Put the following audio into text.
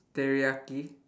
teriyaki